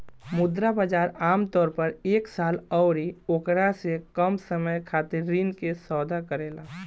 मुद्रा बाजार आमतौर पर एक साल अउरी ओकरा से कम समय खातिर ऋण के सौदा करेला